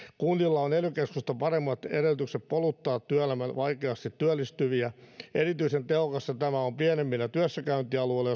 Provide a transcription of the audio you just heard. kunnilla on ely keskusta paremmat edellytykset poluttaa työelämään vaikeasti työllistyviä erityisen tehokasta tämä on pienemmillä työssäkäyntialueilla